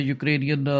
Ukrainian